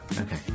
Okay